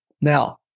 Now